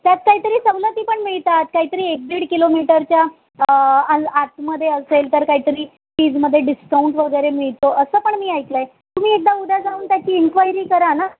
त्यात काहीतरी सवलती पण मिळतात काहीतरी एक दीड किलोमीटरच्या आ आतमध्ये असेल तर काहीतरी फीजमध्ये डिस्काऊंट वगैरे मिळतो असं पण मी ऐकलं आहे तुम्ही एकदा उद्या जाऊन त्याची इन्क्वायरी करा ना